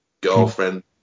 girlfriend